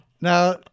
Now